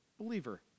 Believer